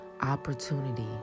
Opportunity